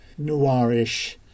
noirish